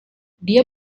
dia